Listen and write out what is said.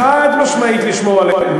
חד-משמעית לשמור עליהם,